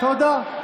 אין בעיה.